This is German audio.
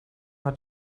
hat